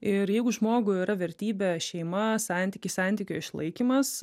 ir jeigu žmogui yra vertybė šeima santykis santykio išlaikymas